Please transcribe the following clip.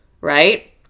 right